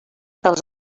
dels